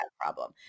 problem